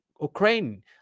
Ukraine